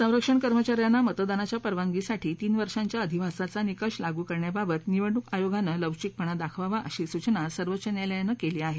संरक्षण कर्मचा यांना मतदानाच्या परवानगीसाठी तीन वर्षाच्या अधिवासाचा निकष लागू करण्याबाबत निवडणूक आयोगानं लवचिकपणा दाखवावा अशी सूचना सर्वोच्च न्यायालयानं केली आहे